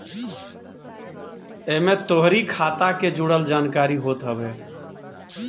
एमे तोहरी खाता के जुड़ल जानकारी होत हवे